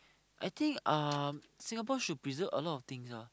I think um Singapore should preserve a lot of things ah